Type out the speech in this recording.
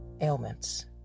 ailments